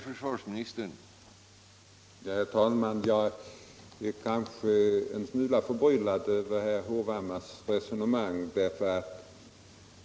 Herr talman! Jag blev en smula förvånad över herr Hovhammars resonemang.